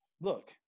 look